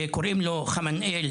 קוראים לו חנמאל,